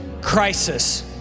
crisis